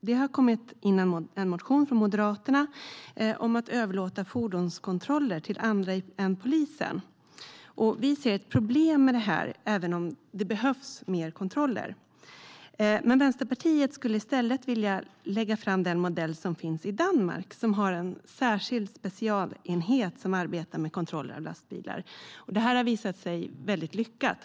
Det har kommit in en motion från Moderaterna om att överlåta fordonskontroller till andra än polisen. Vi ser ett problem med detta även om det behövs fler kontroller. Vänsterpartiet skulle i stället vilja föreslå den modell som finns i Danmark. Där har man en särskild specialenhet som arbetar med kontroller av lastbilar, vilket har visat sig vara väldigt lyckat.